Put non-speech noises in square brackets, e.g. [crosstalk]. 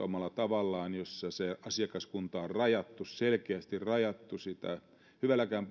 [unintelligible] omalla tavallaan sopimusruokaloita joissa se asiakaskunta on rajattu selkeästi rajattu hyvälläkään [unintelligible]